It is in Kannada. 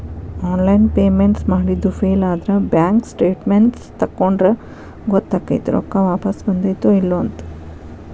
ಆನ್ಲೈನ್ ಪೇಮೆಂಟ್ಸ್ ಮಾಡಿದ್ದು ಫೇಲಾದ್ರ ಬ್ಯಾಂಕ್ ಸ್ಟೇಟ್ಮೆನ್ಸ್ ತಕ್ಕೊಂಡ್ರ ಗೊತ್ತಕೈತಿ ರೊಕ್ಕಾ ವಾಪಸ್ ಬಂದೈತ್ತೋ ಇಲ್ಲೋ ಅಂತ